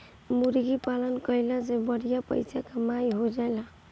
मुर्गी पालन कईला से बढ़िया पइसा के कमाई हो जाएला